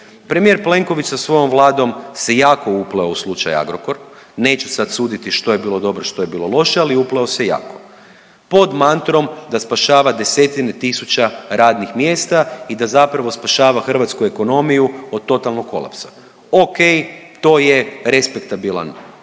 Premijer Plenković sa svojom Vladom se jako upleo u slučaj Agrokor, neću sad suditi što je bilo dobro, što je bilo loše, ali upleo se jako pod mantrom da spašava desetine tisuća radnih mjesta i da zapravo spašava hrvatsku ekonomiju od totalnog kolapsa. Ok, to je respektabilan